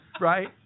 Right